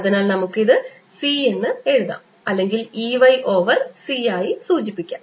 അതിനാൽ നമുക്ക് ഇത് c ഇന്ന് എഴുതാം അല്ലെങ്കിൽ E y ഓവർ c ആയി സൂചിപ്പിക്കാം